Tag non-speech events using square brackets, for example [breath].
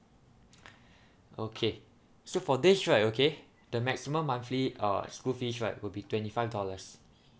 [breath] okay so for this right okay the maximum monthly uh school fees right will be twenty five dollars